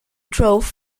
drove